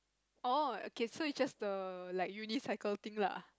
oh okay so it's just the like unicycle thing lah